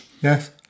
Yes